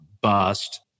bust